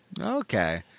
Okay